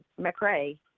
McRae